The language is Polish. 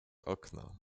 okno